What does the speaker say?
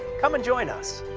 come and join us!